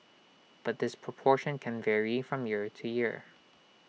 but this proportion can vary from year to year